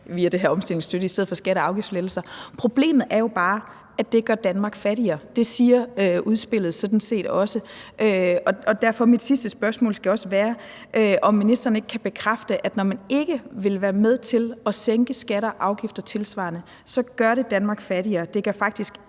via den her omstillingsstøtte i stedet for at give skatte- og afgiftslettelser. Problemet er jo bare, at det gør Danmark fattigere. Det står der sådan set også i udspillet, og derfor skal mit sidste spørgsmål være, om ministeren ikke kan bekræfte, at når man ikke vil være med til at sænke skatter og afgifter tilsvarende, gør det Danmark fattigere;